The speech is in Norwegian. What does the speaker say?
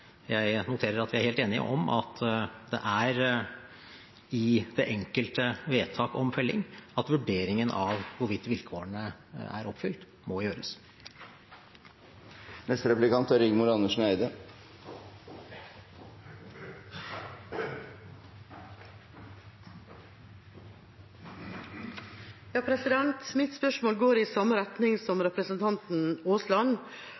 Jeg noterer at vi er helt enige om at det er i det enkelte vedtak om felling at vurderingen av hvorvidt vilkårene er oppfylt, må gjøres. Mitt spørsmål går i samme retning som